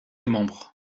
membre